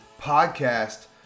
podcast